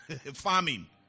farming